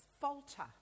falter